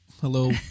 Hello